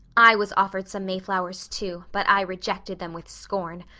i was offered some mayflowers too, but i rejected them with scorn.